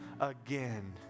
again